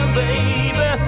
baby